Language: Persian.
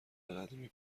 قدیمی